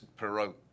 Perot